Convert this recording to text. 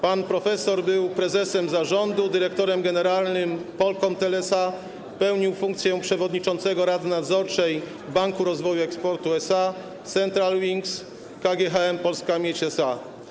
Pan profesor był prezesem zarządu, dyrektorem generalnym spółki Polkomtel SA, pełnił funkcję przewodniczącego Rady Nadzorczej Banku Rozwoju Eksportu SA, Centralwings, KGHM Polska Miedź SA.